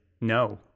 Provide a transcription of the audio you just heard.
no